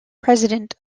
president